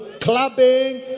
clubbing